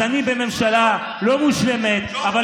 אז אני בממשלה לא מושלמת, ג'וב טוב.